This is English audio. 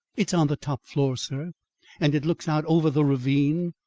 it's on the top floor, sir and it looks out over the ravine.